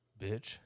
Bitch